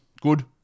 Good